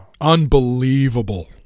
Unbelievable